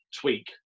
tweak